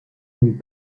n’eut